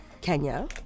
Kenya